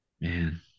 man